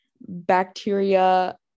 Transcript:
bacteria